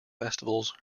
festivals